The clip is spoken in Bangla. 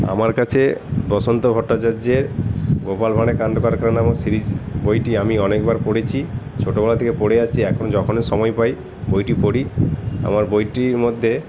আমার কাছে বসন্ত ভট্টাচার্যের গোপাল ভাঁড়ের কান্ড কারখানা এবং সিরিজ বইটি আমি অনেকবার পড়েছি ছোটোবেলা থেকে পড়ে আসছি এখন যখনই সময় পাই বইটি পড়ি আমার বইটির মধ্যে